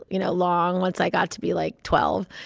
you know, long once i got to be, like, twelve.